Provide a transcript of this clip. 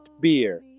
beer